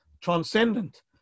transcendent